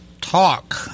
talk